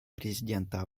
президента